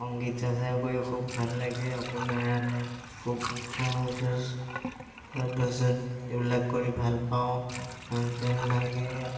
সংগীত চৰ্চা কৰি খুব ভাল লাগে আপোনাৰ খুব এইবিলাক কৰি ভাল পাওঁ